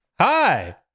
Hi